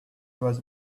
was